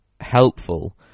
helpful